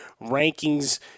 rankings